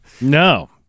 No